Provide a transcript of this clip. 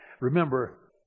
Remember